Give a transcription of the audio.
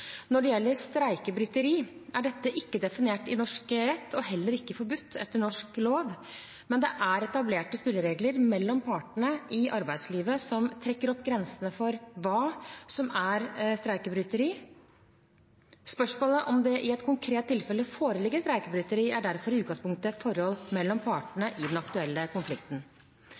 Når det gjelder streikebryteri, er dette ikke definert i norsk rett og heller ikke forbudt etter norsk lov. Det er etablerte spilleregler mellom partene i arbeidslivet som trekker opp grensene for hva som er streikebryteri. Spørsmålet om det i et konkret tilfelle foreligger streikebryteri, er derfor i utgangspunktet et forhold mellom partene i den aktuelle konflikten.